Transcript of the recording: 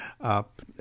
up